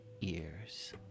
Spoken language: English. ears